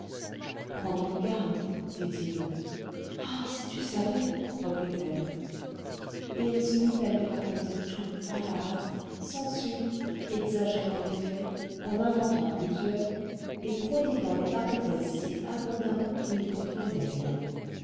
prends donc garde dit-il ah si tu savais reprit-elle et elle se mit à lui raconter tout à la hâte sans suite exagérant les faits en inventant plusieurs et prodiguant les parenthèses si abondamment qu'il n'y comprenait rien